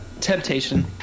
Temptation